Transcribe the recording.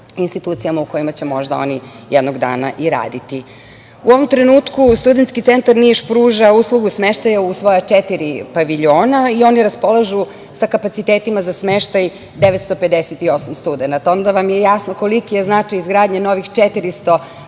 institucijama u kojima će možda oni jednog dana i raditi.U ovom trenutku Studentski centar Niš pruža uslugu smeštaja u svoja četiri paviljona i oni raspolažu sa kapacitetima za smeštaj 958 studenata. Onda vam je jasno koliki je značaj izgradnje novih 400